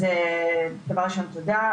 אז דבר ראשון תודה,